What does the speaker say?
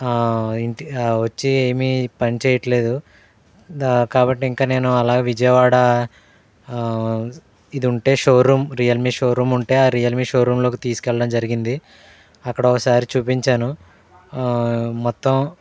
ఇంటి వచ్చి ఏమి పని చేయట్లేదు దా కాబట్టి ఇంకా నేను అలా విజయవాడ ఇది ఉంటే షోరూమ్ రియల్మీ షోరూమ్ ఆ రియల్మీ షోరూమ్లోకి తీసుకెళ్ళడం జరిగింది అక్కడ ఒకసారి చూపించాను మొత్తం